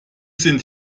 sind